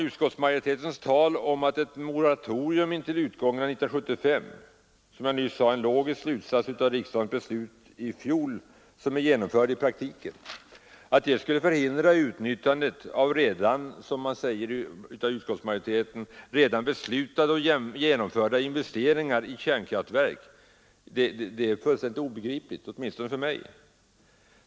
Utskottsmajoritetens tal om att ett moratorium intill utgången av år 1975 — som jag nyss sade en logisk slutsats av riksdagens beslut i fjol — i praktiken skulle förhindra utnyttjandet av redan beslutade och genomförda investeringar i kärnkraftverk är fullständigt obegripligt, åtminstone för mig.